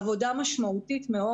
עבודה משמעותית מאוד.